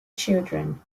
children